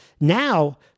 now